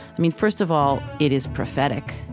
first of all, it is prophetic.